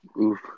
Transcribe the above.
Oof